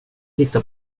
titta